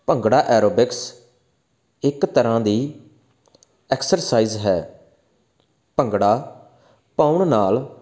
bhangra aerobics ਇੱਕ ਤਰ੍ਹਾਂ ਦੀ ਐਕਸਰਸਾਈਜ ਹੈ ਭੰਗੜਾ ਪਉਣ ਨਾਲ